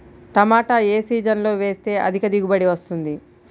టమాటా ఏ సీజన్లో వేస్తే అధిక దిగుబడి వస్తుంది?